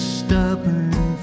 stubborn